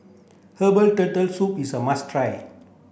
herbal turtle soup is a must try